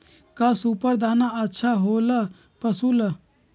का सुपर दाना अच्छा हो ला पशु ला?